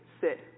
sit